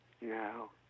No